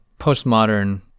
postmodern